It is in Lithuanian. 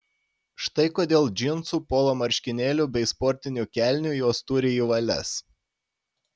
štai kodėl džinsų polo marškinėlių bei sportinių kelnių jos turi į valias